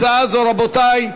הצעה זו, רבותי,